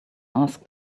asked